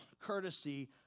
courtesy